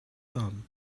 some